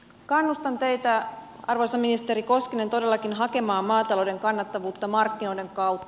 kannustan teitä arvoisa ministeri koskinen todellakin hakemaan maatalouden kannattavuutta markkinoiden kautta